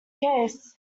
case